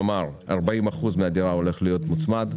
כלומר 40% מהדירה הולך להיות מוצמד.